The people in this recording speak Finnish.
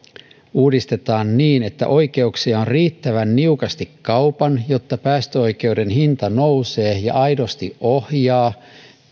uudistetaan niin että oikeuksia on riittävän niukasti kaupan jotta päästöoikeuden hinta nousee ja aidosti ohjaa